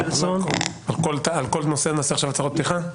על כל נושא נעשה עכשיו הצהרות פתיחה.